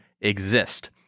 exist